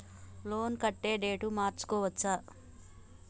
Loan కట్టే date మార్చుకోవచ్చా?